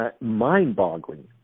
Mind-boggling